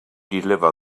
deliver